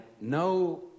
no